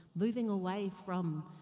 moving away from,